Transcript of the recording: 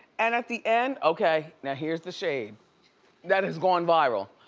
and at the end, okay, now here's the shade that is going viral,